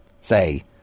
say